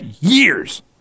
years